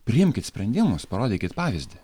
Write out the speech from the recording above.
priimkit sprendimus parodykit pavyzdį